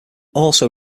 also